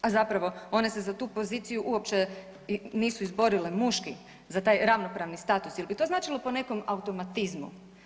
A zapravo one se za tu poziciju uopće nisu izborile muški za taj ravnopravni status jel bi to značilo po nekom automatizmu.